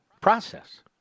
Process